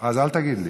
אז אל תגיד לי.